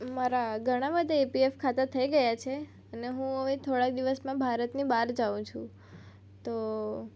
મારા ઘણા બધા એપીએફ ખાતા થઈ ગયા છે અને હું અવે થોડા દિવસમાં ભારતની બહાર જાવ છું તો